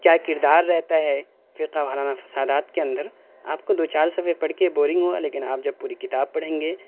کیا کردار رہتا ہے فرقہ وارانہ فسادات کے اندر آپ کو دو چار صفحے پڑھ کے بورنگ ہُوا لیکن آپ جب پوری کتاب پڑھیں گے